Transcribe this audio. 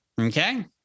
okay